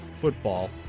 Football